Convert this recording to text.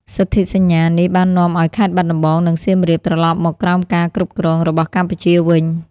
សន្ធិសញ្ញានេះបាននាំឲ្យខេត្តបាត់ដំបង និងសៀមរាបត្រលប់មកក្រោមការគ្រប់គ្រងរបស់កម្ពុជាវិញ។